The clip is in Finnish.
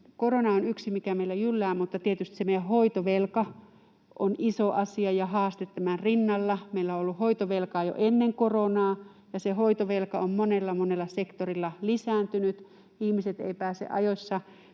korona on yksi, mikä meillä jyllää, mutta tietysti se meidän hoitovelka on iso asia ja haaste tämän rinnalla. Meillä on ollut hoitovelkaa jo ennen koronaa, ja se hoitovelka on monella, monella sektorilla lisääntynyt. Ihmiset eivät pääse ajoissa